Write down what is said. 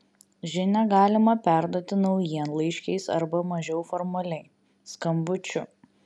žinią galimą perduoti naujienlaiškiais arba mažiau formaliai skambučiu